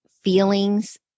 feelings